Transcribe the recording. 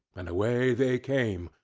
and away they came,